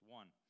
one